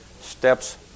steps